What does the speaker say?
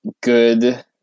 good